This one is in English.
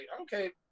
okay